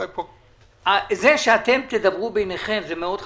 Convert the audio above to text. זה שאתם תדברו ביניכם, זה מאוד חשוב,